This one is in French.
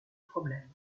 problèmes